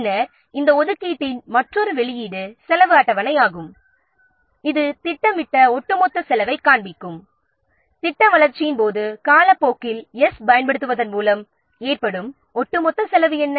பின்னர் இந்த ஒதுக்கீட்டின் மற்றொரு வெளியீடு செலவு அட்டவணை ஆகும் இது S இன் ஒட்டுமொத்த செலவைக் காண்பிக்கும் ப்ராஜெக்ட் வளர்ச்சியின் போது 's' பயன்படுத்துவதன் மூலம் ஏற்படும் ஒட்டுமொத்த செலவு என்ன